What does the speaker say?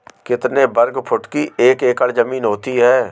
कितने वर्ग फुट की एक एकड़ ज़मीन होती है?